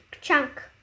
chunk